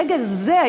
ברגע זה,